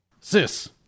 Sis